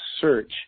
search